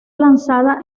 lanzada